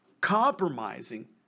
compromising